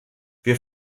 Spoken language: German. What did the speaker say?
wir